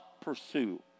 pursue